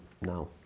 now